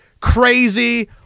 crazy